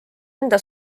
enda